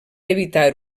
evitar